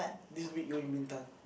this week going Bintan